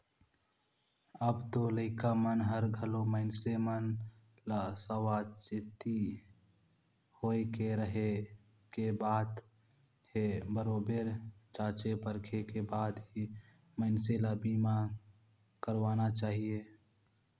अब तो लइका मन हर घलो मइनसे मन ल सावाचेती होय के रहें के बात हे बरोबर जॉचे परखे के बाद ही मइनसे ल बीमा करवाना चाहिये